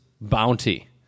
Bounty